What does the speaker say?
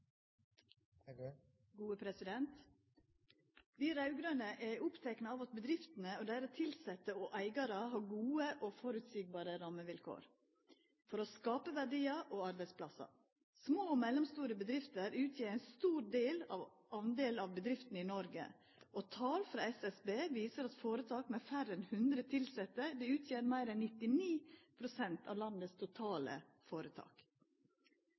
refererte til. Vi raud-grøne er opptekne av at bedriftene og deira tilsette og eigarar har gode og føreseielege rammevilkår for å skapa verdiar og arbeidsplassar. Små og mellomstore bedrifter utgjer ein stor del av bedriftene i Noreg, og tal frå SSB viser at føretak med færre enn 100 tilsette utgjer meir enn 99 pst. av landets totale føretak.